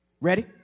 Ready